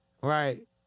right